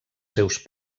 seus